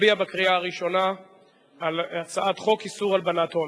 נצביע בקריאה הראשונה על הצעת חוק איסור הלבנת הון.